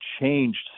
changed